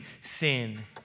sin